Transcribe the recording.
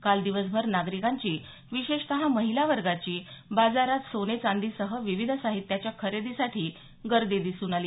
काल दिवसभर नागरिकांची विशेषतः महिलावर्गाची बाजारात सोने चांदीसह विविध साहित्याच्या खरेदीसाठी गर्दी दिसून आली